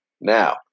Now